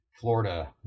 Florida